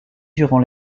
durant